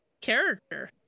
character